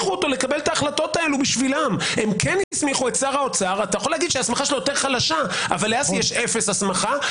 לך --- אבל אתה טועה כי הנושא הזה של סמכויות ממשלת